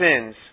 sins